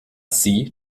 sie